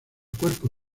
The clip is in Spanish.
cuerpo